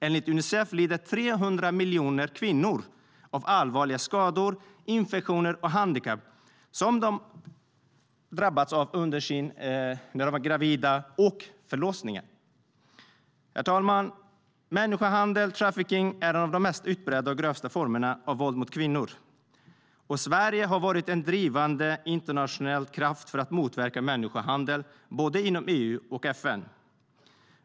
Enligt Unicef lider 300 miljoner kvinnor av allvarliga skador, infektioner eller handikapp som de drabbats av under graviditet och förlossning. Herr talman! Människohandel, trafficking, är en av de mest utbredda och grövsta formerna av våld mot kvinnor. Sverige har varit en drivande internationell kraft för att motverka människohandeln inom både EU och FN.